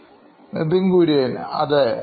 Nithin Kurian COO Knoin Electronics അതേ